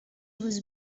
was